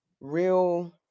real